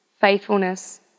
faithfulness